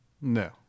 No